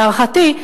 להערכתי,